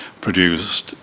produced